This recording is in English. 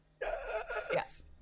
Yes